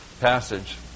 passage